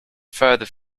further